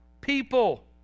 people